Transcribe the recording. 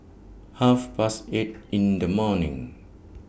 Half Past eight in The morning